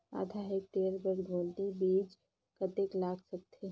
आधा हेक्टेयर बर गोंदली बीच कतेक लाग सकथे?